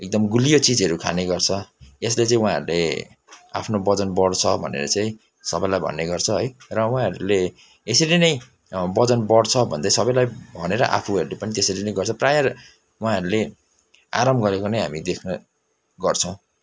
एकदम गुलियो चिजहरू खाने गर्छ यसले चाहिँ उहाँहरूले आफ्नो वजन बढ्छ भनेर चाहिँ सबैलाई भन्ने गर्छ है र उहाँहरूले यसरी नै वजन बढ्छ भन्दै सबैलाई भनेर आफूहरूले पनि त्यसरी नै गर्छ प्राय उहाँहरूले आराम गरेको नै हामी देख्ने गर्छौँ